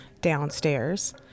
downstairs